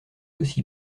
aussi